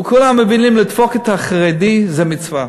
כולם מבינים, לדפוק את החרדי זה מצווה.